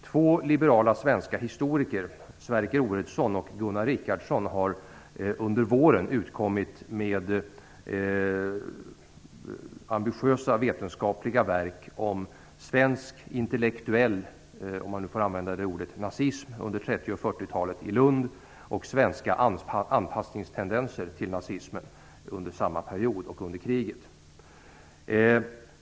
Två liberala svenska historiker, Sverker Oredsson och Gunnar Richardson, har under våren utkommit med ambitiösa vetenskapliga verk om svensk intellektuell - om man nu får använda det ordet - nazism under 30 och 40-talen i Lund och om svenska anpassningstendenser till nazismen under samma period och under kriget.